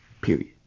Period